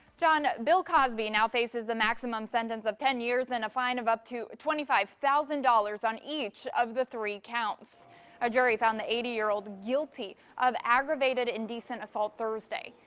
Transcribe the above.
bill cosby now faces a maximum sentence of ten years and a fine of up to twenty five thousand dollars on each of the three counts a jury found the eighty year old guilty of aggravated indecent assault thursday.